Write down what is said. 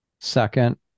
Second